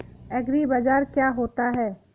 एग्रीबाजार क्या होता है?